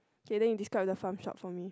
okay then you describe the farm shop for me